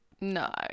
No